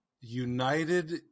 United